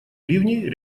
ливней